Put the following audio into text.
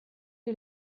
die